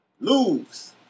lose